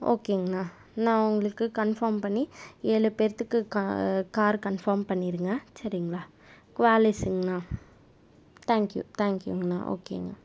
ஓகேங்கணா நான் உங்களுக்கு கன்ஃபார்ம் பண்ணி ஏழு பேர்த்துக்கு கா கார் கன்ஃபார்ம் பண்ணிருங்க சரிங்ளா குவாலிஸுங்ணா தேங்க்யூ தேங்க்யூங்கணா ஓகேங்க